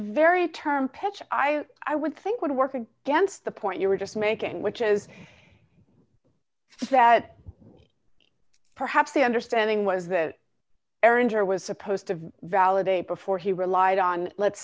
very term pitch i i would think would work against the point you were just making which is that perhaps the understanding was that erin or was supposed to validate before he relied on let's